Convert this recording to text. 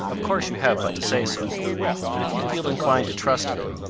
of course you have but to say so but if you feel inclined to trust me,